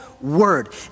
word